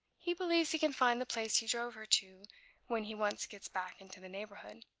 he believes he can find the place he drove her to when he once gets back into the neighborhood.